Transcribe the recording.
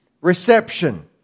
reception